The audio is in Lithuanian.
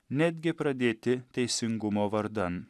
netgi pradėti teisingumo vardan